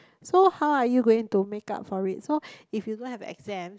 so how are you going to make up for it so if you don't have exams